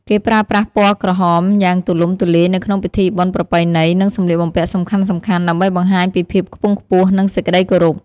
គេប្រើប្រាស់ពណ៌ក្រហមយ៉ាងទូលំទូលាយនៅក្នុងពិធីបុណ្យប្រពៃណី និងសម្លៀកបំពាក់សំខាន់ៗ ដើម្បីបង្ហាញពីភាពខ្ពង់ខ្ពស់ និងសេចក្តីគោរព។